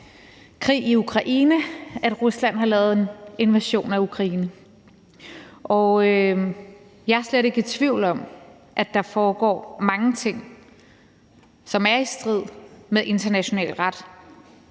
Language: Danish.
krig i Ukraine, at Rusland har lavet en invasion af Ukraine. Jeg er slet ikke i tvivl om, at der foregår mange ting, som er i strid med international ret,